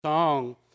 song